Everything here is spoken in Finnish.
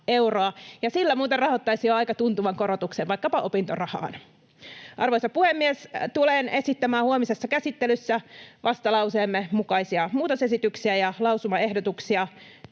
sillä muuten rahoittaisi jo aika tuntuvan korotuksen vaikkapa opintorahaan. Arvoisa puhemies! Tulen esittämään huomisessa käsittelyssä vastalauseemme mukaisia muutosesityksiä ja lausumaehdotuksia